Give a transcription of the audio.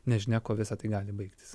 nežinia kuo visa tai gali baigtis